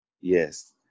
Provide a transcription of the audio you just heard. Yes